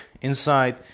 inside